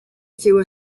through